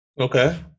Okay